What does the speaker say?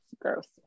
Gross